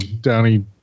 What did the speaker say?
Downey